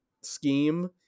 scheme